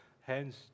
Hence